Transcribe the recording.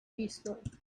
eastward